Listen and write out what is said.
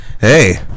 Hey